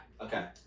Okay